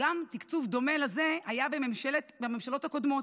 וגם תקצוב דומה לזה היה בממשלות הקודמות.